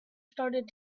started